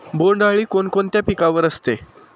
बोंडअळी कोणकोणत्या पिकावर असते?